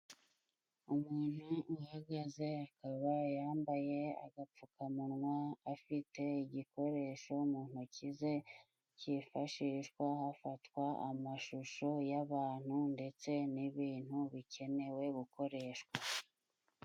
Umuntu uhagaze akaba yambaye agapfukamunwa afite igikoresho mu ntoki ze cyifashishwa hafatwa amashusho y'abantu ndetse n'ibintu bikenewe gukoreshwa.